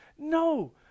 No